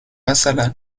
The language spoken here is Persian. مثلا